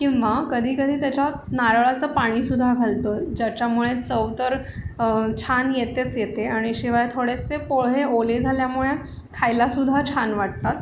किंवा कधीकधी त्याच्यात नारळाचं पाणीसुद्धा घालतो ज्याच्यामुळे चव तर छान येतेच येते आणि शिवाय थोडेसे पोहे ओले झाल्यामुळे खायलासुद्धा छान वाटतात